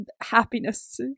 happiness